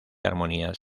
armonías